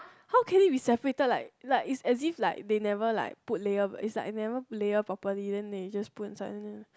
how can it be separated like like is as if like they never like put layer is like never layer properly then they just put inside